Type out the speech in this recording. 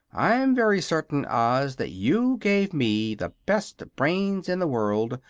i'm very certain, oz, that you gave me the best brains in the world,